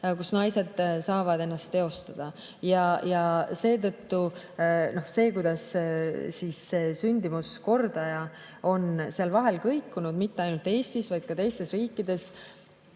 kus naised saavad ennast teostada. Ja seetõttu see sündimuskordaja on seal vahel kõikunud. Mitte ainult Eestis, vaid ka teistes riikides